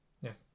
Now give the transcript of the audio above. Yes